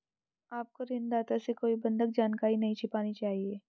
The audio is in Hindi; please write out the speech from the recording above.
आपको ऋणदाता से कोई बंधक जानकारी नहीं छिपानी चाहिए